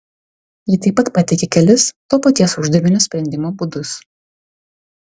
ji taip pat pateikė kelis to paties uždavinio sprendimo būdus